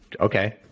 okay